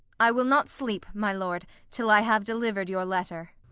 i will not sleep, my lord, till i have delivered your letter.